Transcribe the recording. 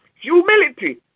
Humility